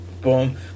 boom